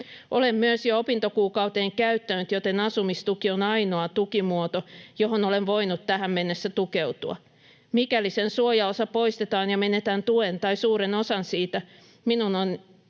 Olen myös jo opintokuukauteni käyttänyt, joten asumistuki on ainoa tukimuoto, johon olen voinut tähän mennessä tukeutua. Mikäli sen suojaosa poistetaan ja menetän tuen tai suuren osan siitä, minun